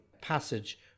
passage